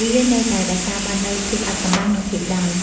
វានៅតែរក្សាបាននូវភាពអាថ៌កំបាំង និងភាពដើម។